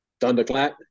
Thunderclap